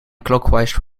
clockwise